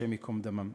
השם ייקום דמם.